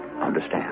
understand